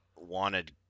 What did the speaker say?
wanted